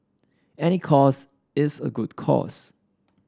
any cause is a good cause